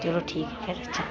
चलो ठीक ऐ फिर अच्छा